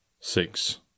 Six